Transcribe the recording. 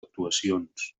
actuacions